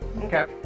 Okay